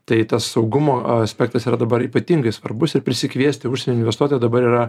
tai tas saugumo aspektas yra dabar ypatingai svarbus ir prisikviesti užsienio investuotoją dabar yra